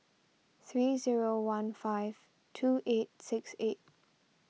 three zero one five two eight six eight